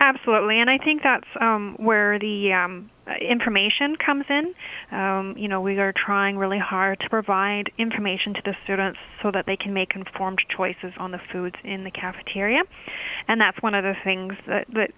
absolutely and i think that's where the information comes in you know we are trying really hard to provide information to the students so that they can make informed choices on the food in the cafeteria and that's one of the things that